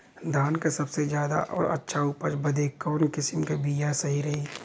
धान क सबसे ज्यादा और अच्छा उपज बदे कवन किसीम क बिया सही रही?